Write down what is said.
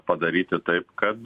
padaryti taip kad